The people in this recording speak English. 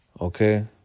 Okay